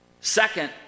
Second